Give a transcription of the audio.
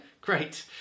Great